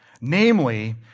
Namely